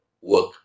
work